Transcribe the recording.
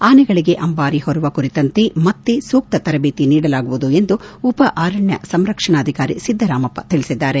ಆನೆಗಳಗೆ ಅಂಬಾರಿ ಹೊರುವ ಕುರಿತಂತೆ ಮತ್ತೆ ಸೂಕ್ತ ತರಬೇತಿ ನೀಡಲಾಗುವುದು ಎಂದು ಉಪ ಅರಣ್ಣ ಸಂರಕ್ಷಣಾಧಿಕಾರಿ ಸಿದ್ದರಾಮಪ್ಪ ತಿಳಿಸಿದ್ದಾರೆ